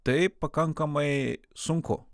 tai pakankamai sunku